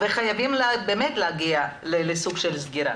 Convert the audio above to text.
וחייבים באמת להגיע לסוג של סגירה.